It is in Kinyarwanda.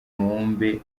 mubumbe